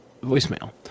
voicemail